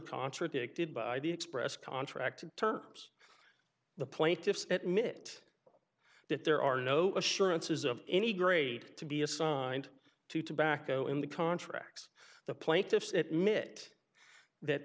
contradicted by the express contract terms the plaintiffs at mit that there are no assurances of any grade to be assigned to tobacco in the contracts the plaintiffs that mitt that